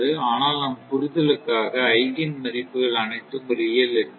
ஆனால் நம் புரிதலுக்காக ஐகேன் மதிப்புகள் அனைத்தும் ரியல் என்போம்